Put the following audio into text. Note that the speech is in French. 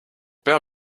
père